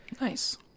Nice